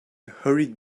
hurried